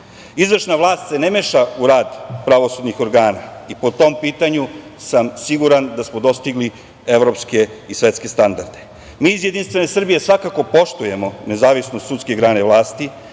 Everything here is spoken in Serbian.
Izvršna vlast se ne meša u rad pravosudnih organa. Po tom pitanju sam siguran da smo dostigli evropske i svetske standarde. Mi iz Jedinstvene Srbije, svakako poštujemo nezavisnost sudske grane vlasti,